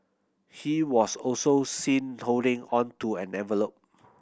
he was also seen holding on to an envelop